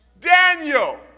Daniel